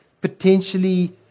potentially